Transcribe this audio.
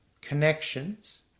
connections